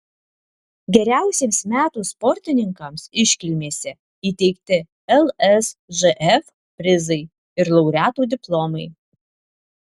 geriausiems metų sportininkams iškilmėse įteikti lsžf prizai ir laureatų diplomai